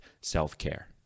self-care